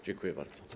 Dziękuję bardzo.